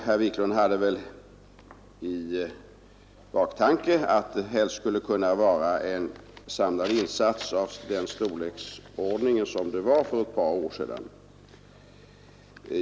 Herr Wiklund hade väl i åtanke att det helst skulle göras en samlad insats av den storlek som förekom för ett par år sedan.